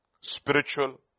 spiritual